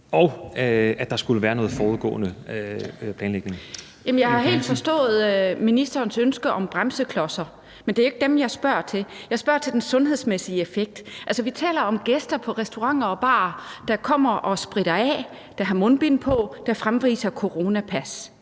Eva Kjer Hansen (V): Jamen jeg har helt forstået ministerens ønske om bremseklodser. Men det er jo ikke dem, jeg spørger til. Jeg spørger til den sundhedsmæssige effekt. Vi taler om gæster på restauranter og barer, der kommer og spritter af, der har mundbind på, og som fremviser coronapas,